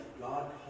God